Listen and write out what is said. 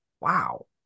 Wow